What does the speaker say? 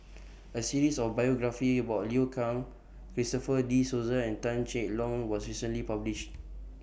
A series of biographies about Liu Kang Christopher De Souza and Tan Cheng Lock was recently published